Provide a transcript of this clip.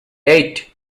eight